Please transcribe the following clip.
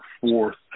fourth